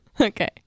Okay